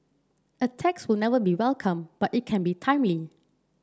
a tax will never be welcome but it can be timely